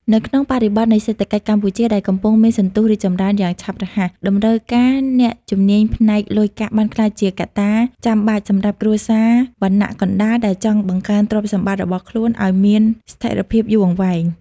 នៅក្នុងបរិបទនៃសេដ្ឋកិច្ចកម្ពុជាដែលកំពុងមានសន្ទុះរីកចម្រើនយ៉ាងឆាប់រហ័ស តម្រូវការអ្នកជំនាញផ្នែកលុយកាក់បានក្លាយជាកត្តាចាំបាច់សម្រាប់គ្រួសារវណ្ណៈកណ្ដាលដែលចង់បង្កើនទ្រព្យសម្បត្តិរបស់ខ្លួនឱ្យមានស្ថិរភាពយូរអង្វែង។